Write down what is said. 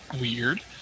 Weird